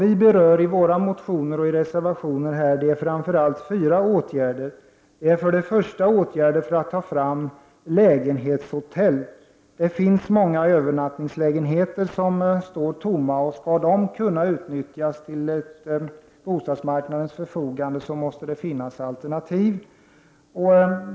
I våra motioner och reservationer för vi framför allt fram fyra åtgärder. För det första är det åtgärder för att ta fram lägenhetshotell. Många övernattningslägenheter står tomma. Om de skall kunna stå till bostadsmarknadens förfogande måste det finnas alternativ.